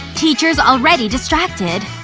teacher's already distracted